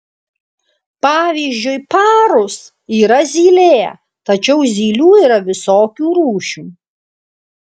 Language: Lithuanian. pavyzdžiui parus yra zylė tačiau zylių yra visokių rūšių